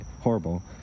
horrible